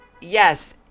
yes